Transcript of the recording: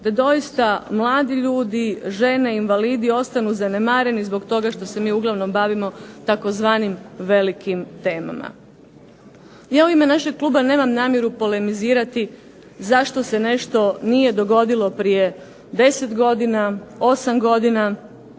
da doista mladi ljudi, žene i invalidi ostanu zanemareni zbog toga što se mi uglavnom bavimo tzv. velikim temama. Ja u ime našeg kluba nemam namjeru polemizirati zašto se nešto nije dogodilo prije 10 godina, 8 godina